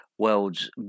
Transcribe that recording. world's